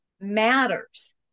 matters